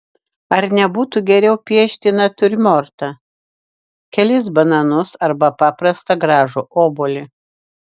ar nebūtų geriau piešti natiurmortą kelis bananus arba paprastą gražų obuolį